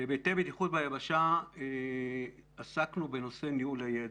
בהיבטי בטיחות ביבשה עסקנו בנושא ניהול הידע.